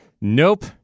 Nope